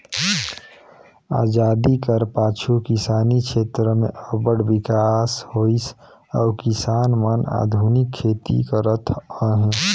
अजादी कर पाछू किसानी छेत्र में अब्बड़ बिकास होइस अउ किसान मन आधुनिक खेती करत अहें